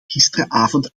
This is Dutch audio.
gisteravond